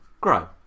grow